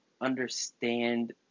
Understand